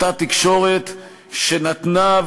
אותה תקשורת שנתנה,